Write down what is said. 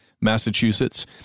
Massachusetts